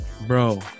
Bro